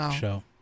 show